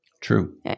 True